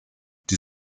die